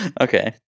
Okay